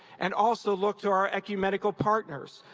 and also look to our ecumenical partners,